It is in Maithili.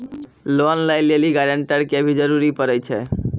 लोन लै लेली गारेंटर के भी जरूरी पड़ै छै?